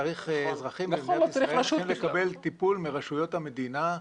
צריך אזרחים במדינת ישראל כן לקבל טיפול מרשויות המדינה,